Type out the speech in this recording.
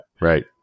Right